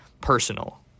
personal